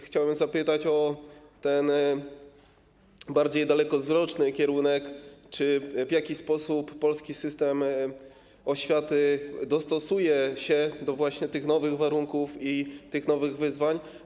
Chciałbym zapytać o ten bardziej dalekowzroczny kierunek, w jaki sposób polski system oświaty dostosuje się do tych nowych warunków i nowych wyzwań.